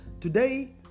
today